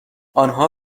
آنها